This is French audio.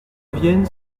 vienne